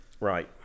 Right